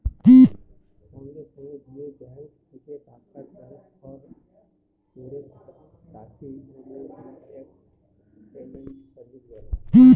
সঙ্গে সঙ্গে যে ব্যাঙ্ক থেকে টাকা ট্রান্সফার করে তাকে ইমিডিয়েট পেমেন্ট সার্ভিস বলে